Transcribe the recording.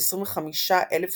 כ־8,825,000 תושבים,